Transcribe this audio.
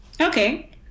Okay